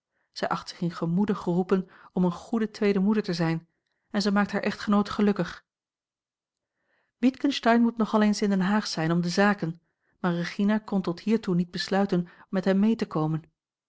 zich in gemoede geroepen om eene goede a l g bosboom-toussaint langs een omweg tweede moeder te zijn en zij maakt haar echtgenoot gelukkig witgensteyn moet nogal eens in den haag zijn om de zaken maar regina kon tot hiertoe niet besluiten met hem mee te komen